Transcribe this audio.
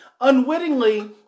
unwittingly